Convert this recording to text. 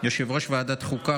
יושב-ראש ועדת חוקה,